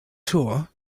tour